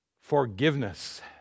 forgiveness